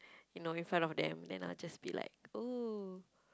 you know in front of them them I will just be like !ooh!